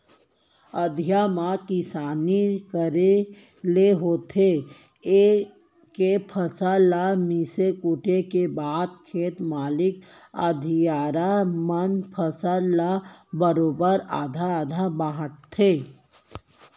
अधिया म किसानी करे ले होथे ए के फसल ल मिसे कूटे के बाद खेत मालिक अधियारा मन फसल ल ल बरोबर आधा आधा बांटथें